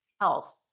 health